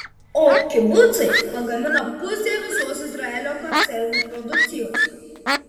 o kibucai pagamina pusę visos izraelio konservų produkcijos